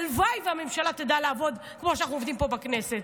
הלוואי שהממשלה תדע לעבוד כמו שאנחנו עובדים פה בכנסת.